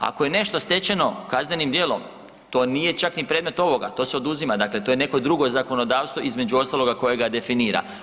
Ako je nešto stečeno kaznenim dijelom, to nije čak ni predmet ovoga, to se oduzima, dakle to je neko drugo zakonodavstvo, između ostaloga, koje ga definira.